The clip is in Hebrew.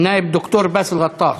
חבר הכנסת באסל גטאס.